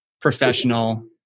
professional